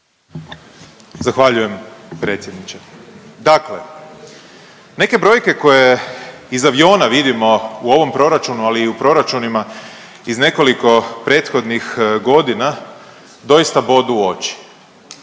Zahvaljujem predsjedniče. Dakle, neke brojke koje iz aviona vidimo u ovom proračunu, ali i u proračunima iz nekoliko prethodnih godina doista bodu u oči.